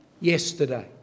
yesterday